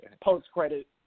post-credit